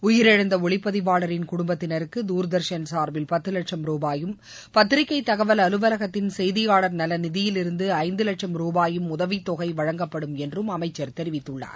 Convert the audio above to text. உயிரிழந்த ஒளிப்பதிவாளரின் குடும்பத்தினருக்கு தூர்தர்ஷன் சார்பில் பத்து லட்சம் ரூபாயும் பத்திரிகை தகவல் அலுவலகத்தின் செய்தியாளர் நல நிதியில் இருந்து ஐந்து வட்சம் ரூபாயும் உதவித் தொகை வழங்கப்படும் என்றும் அமைச்சர் தெரிவித்துள்ளார்